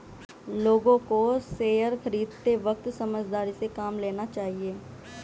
लोगों को शेयर खरीदते वक्त समझदारी से काम लेना चाहिए